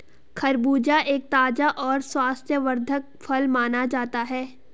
खरबूजा एक ताज़ा और स्वास्थ्यवर्धक फल माना जाता है